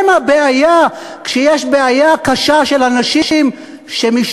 הם הבעיה, כשיש בעיה קשה של אנשים שמשתמטים.